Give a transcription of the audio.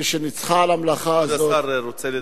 מי שניצחה על המלאכה הזאת, כבוד השר, רוצה?